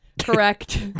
Correct